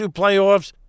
playoffs